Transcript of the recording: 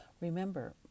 Remember